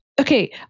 Okay